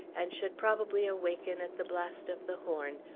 and should probably awaken, at the blast of the horn,